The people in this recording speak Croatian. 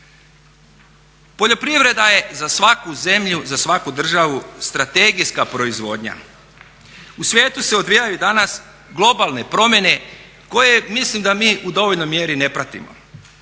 Poljoprivreda je za svaku zemlju, za svaku državu strategijska proizvodnja. U svijetu se odvijaju danas globalne promjene koje mislim da mi u dovoljnoj mjeri ne pratimo.